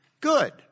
good